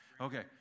Okay